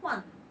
换